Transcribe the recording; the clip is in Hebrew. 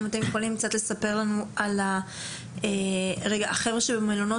אם אתם יכולים לספר לנו על התכנית שאתם עושים במלונות